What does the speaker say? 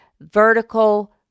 vertical